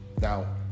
Now